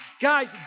guys